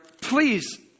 please